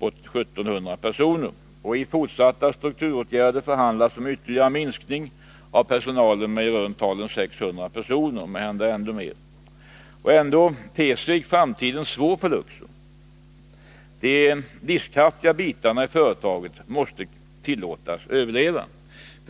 1700 213 personer. När det gäller fortsatta strukturåtgärder förhandlas om en ytterligare minskning av personalen med i runt tal 600 personer — måhända ännu fler. Och ändå ter sig framtiden svår för Luxor. De livskraftiga bitarna i företaget måste tillåtas överleva.